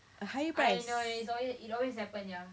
a higher price